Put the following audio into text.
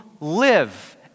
live